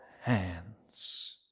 hands